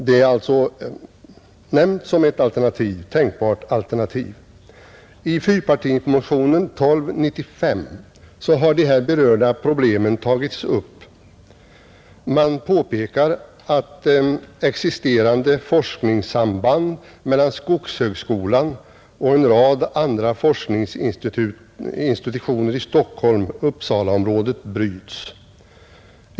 — Det är alltså nämnt som ett tänkbart alternativ. I fyrpartimotionen 1295 har de här berörda problemen tagits upp. Man påpekar att existerande forskningssamband mellan skogshögskolan och en rad andra forskningsinstitutioner i Stockholm—Uppsala-området bryts.